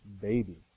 baby